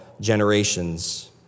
generations